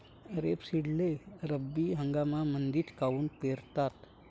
रेपसीडले रब्बी हंगामामंदीच काऊन पेरतात?